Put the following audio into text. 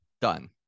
done